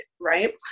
right